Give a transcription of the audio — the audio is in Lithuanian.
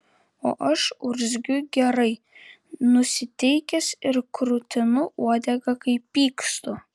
o aš urzgiu gerai nusiteikęs ir krutinu uodegą kai pykstu